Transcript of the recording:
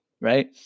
right